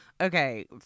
Okay